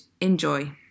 enjoy